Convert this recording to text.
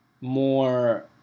more